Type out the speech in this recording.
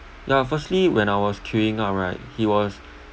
ya firstly when I was queuing up right he was